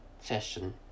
session